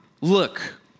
look